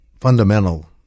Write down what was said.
fundamental